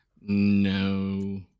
No